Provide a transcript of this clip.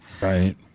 Right